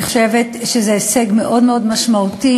אני חושבת שזה הישג מאוד מאוד משמעותי.